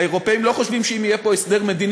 האירופים לא חושבים שאם יהיה פה הסדר מדיני